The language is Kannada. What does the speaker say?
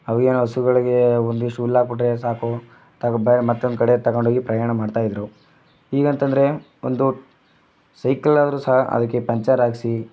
ಅವು ಏನು ಹಸುಗಳಿಗೆ ಒಂದಿಷ್ಟು ಹುಲ್ಲು ಹಾಕಿಬಿಟ್ರೆ ಸಾಕು ತಗೊ ಬೇರೆ ಮತ್ತೊಂದು ಕಡೆ ತಗೊಂಡೋಗಿ ಪ್ರಯಾಣ ಮಾಡ್ತಾಯಿದ್ರು ಈಗಂತ ಅಂದ್ರೆ ಒಂದು ಸೈಕಲ್ ಆದ್ರು ಸಹ ಅದಕ್ಕೆ ಪಂಚರ್ ಹಾಕಿಸಿ